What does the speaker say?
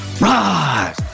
rise